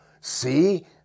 See